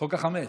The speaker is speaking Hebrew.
חוק החמץ.